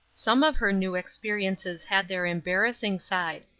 some of her new experiences had their embarrassing side.